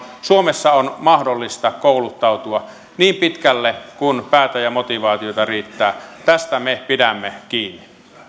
suomessa on mahdollista kouluttautua niin pitkälle kuin päätä ja motivaatiota riittää me pidämme kiinni